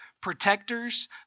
protectors